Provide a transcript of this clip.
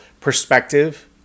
perspective